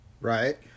Right